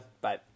bye